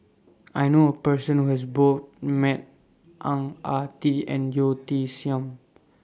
I knew A Person Who has Both Met Ang Ah Tee and Yeo Tiam Siew